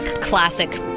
classic